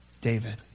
David